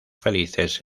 felices